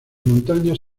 montañas